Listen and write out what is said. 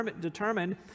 determined